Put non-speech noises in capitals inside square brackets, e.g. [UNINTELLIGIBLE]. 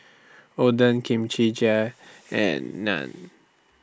Oden Kimchi [UNINTELLIGIBLE] and Naan